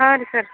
ಹಾಂ ರೀ ಸರ್